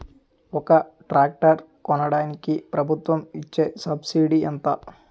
ఒక ట్రాక్టర్ కొనడానికి ప్రభుత్వం ఇచే సబ్సిడీ ఎంత?